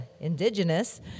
indigenous